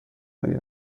آید